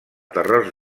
terròs